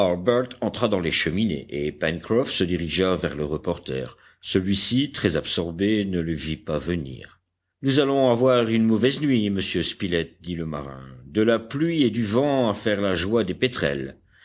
entra dans les cheminées et pencroff se dirigea vers le reporter celui-ci très absorbé ne le vit pas venir nous allons avoir une mauvaise nuit monsieur spilett dit le marin de la pluie et du vent à faire la joie des pétrels